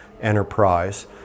enterprise